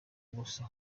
ubusa